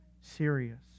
serious